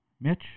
Mitch